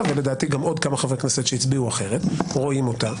ולדעתי גם עוד כמה חברי כנסת שהצביעו אחרת רואים אותה